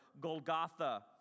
Golgotha